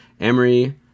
Emery